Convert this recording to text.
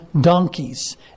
donkeys